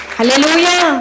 Hallelujah